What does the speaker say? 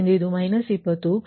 ಆದ್ದರಿಂದ ಇದು −20 255